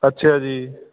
ਅੱਛਿਆ ਜੀ